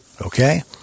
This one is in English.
Okay